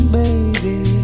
baby